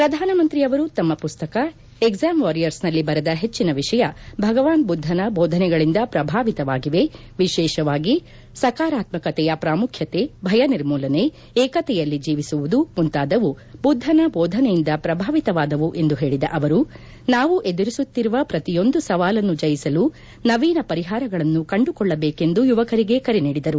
ಪ್ರಧಾನಮಂತ್ರಿ ಅವರು ತಮ್ನ ಪುಸ್ತಕ ಎಕ್ಸಾಮ್ ವಾರಿಯರ್ಸ್ನಲ್ಲಿ ಬರೆದ ಹೆಚ್ಚನ ವಿಷಯ ಭಗವಾನ್ ಬುದ್ದನ ಬೋಧನೆಗಳಿಂದ ಪ್ರಭಾವಿತವಾಗಿವೆ ವಿಶೇಷವಾಗಿ ಸಕಾರಾತ್ಕಕತೆಯ ಪ್ರಾಮುಖ್ಯತೆ ಭಯ ನಿರ್ಮೂಲನೆ ಮತ್ತು ಏಕತೆಯಲ್ಲಿ ಜೀವಿಸುವುದು ಮುಂತಾದವು ಬುದ್ದನ ಬೋಧನೆಯಿಂದ ಪ್ರಭಾವಿತವಾದವು ಎಂದು ಹೇಳಿದ ಅವರು ನಾವು ಎದುರಿಸುತ್ತಿರುವ ಪ್ರತಿಯೊಂದು ಸವಾಲನ್ನು ಜಯಿಸಲು ನವೀನ ಪರಿಹಾರಗಳನ್ನು ಕಂಡುಕೊಳ್ಳಬೇಕೆಂದು ಯುವಕರಿಗೆ ಕರೆ ನೀಡಿದರು